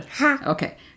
Okay